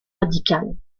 radicale